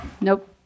Nope